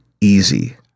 easy